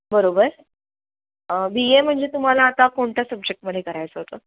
बरोबर B A म्हणजे तुम्हाला आता कोणत्या सब्जेक्टमध्ये करायचं होतं